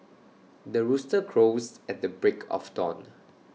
the rooster crows at the break of dawn